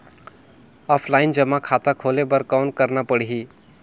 Offline जमा खाता खोले बर कौन करना पड़ही?